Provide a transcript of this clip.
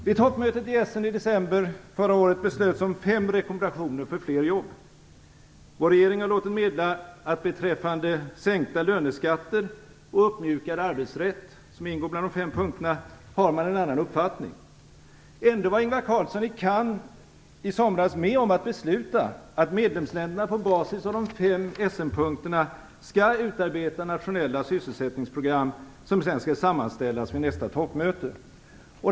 Vid toppmötet i Essen i december förra året fattades beslut om fem rekommendationer för att skapa flera jobb. Vår regering har låtit meddela att beträffande sänkta löneskatter och uppmjukad arbetsrätt - som ingår bland de fem punkterna - har man en annan uppfattning. Ändå var Ingvar Carlsson i Cannes i somras med om att besluta att medlemsländerna på basis av de fem Essenpunkterna skall utarbeta nationella sysselsättningsprogram som sedan skall sammanställas vid nästa toppmöte.